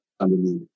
underneath